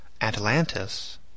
Atlantis